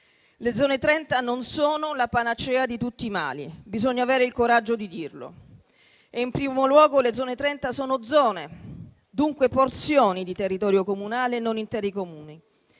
Le zone 30 non sono la panacea di tutti i mali. Bisogna avere il coraggio di dirlo. In primo luogo, le zone 30 sono zone, dunque porzioni di territorio comunale, non interi Comuni.